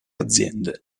aziende